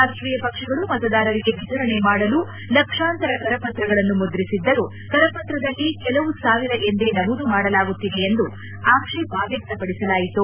ರಾಷ್ಷೀಯ ಪಕ್ಷಗಳು ಮತದಾರರಿಗೆ ವಿತರಣೆ ಮಾಡಲು ಲಕ್ಷಾಂತರ ಕರ ಪತ್ರಗಳನ್ನು ಮುದ್ರಿಸಿದ್ದರೂ ಕರಪತ್ರದಲ್ಲಿ ಕೆಲವು ಸಾವಿರ ಎಂದೇ ನಮೂದು ಮಾಡಲಾಗುತ್ತಿದೆ ಎಂಬ ಆಕ್ಷೇಪ ವ್ಯಕ್ತಪಡಿಸಲಾಯಿತು